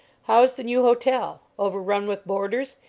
how's the new hotel? overrun with boarders?